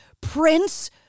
Prince